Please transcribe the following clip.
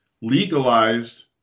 legalized